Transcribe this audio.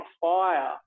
fire